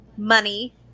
money